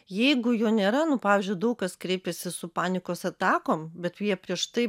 jeigu jo nėra nu pavyzdžiui daug kas kreipiasi su panikos atakom bet jie prieš tai